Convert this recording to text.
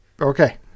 Okay